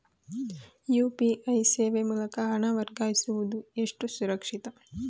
UPI ಸೇವೆ ಮೂಲಕ ಹಣ ವರ್ಗಾಯಿಸುವುದು ಎಷ್ಟು ಸುರಕ್ಷಿತ?